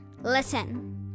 Listen